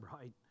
Right